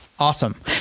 Awesome